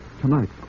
Tonight